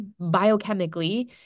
biochemically